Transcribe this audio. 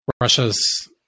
Russia's